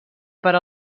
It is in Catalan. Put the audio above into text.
per